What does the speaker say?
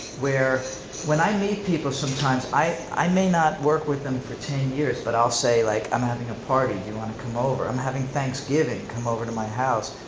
where when i meet people sometimes, i i may not work with them for ten years, but i'll say like i'm having a party, do you wanna come over? i'm having thanksgiving, come over to my house.